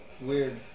Weird